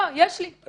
יש לי, אם תרצה.